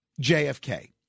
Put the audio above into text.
JFK